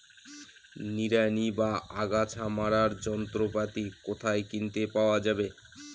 নিড়ানি বা আগাছা মারার যন্ত্রপাতি কোথায় কিনতে পাওয়া যাবে?